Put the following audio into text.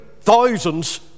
thousands